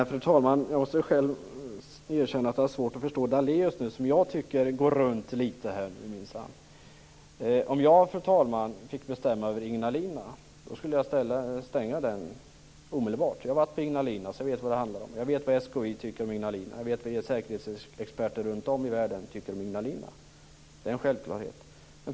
Fru talman! Jag måste själv erkänna att jag har svårt att förstå Daléus, som jag tycker går runt litet. Om jag fick bestämma över Ignalina, fru talman, skulle jag stänga det omedelbart. Jag har varit på Ignalina så jag vet vad det handlar om. Jag vet vad SKI tycker om Ignalina. Jag vet vad säkerhetsexperter runt om i världen tycker om Ignalina. Det är en självklarhet.